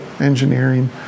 engineering